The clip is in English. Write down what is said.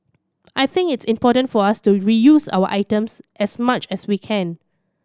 I think it's important for us to reuse our items as much as we can